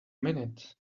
minute